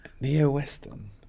Neo-Western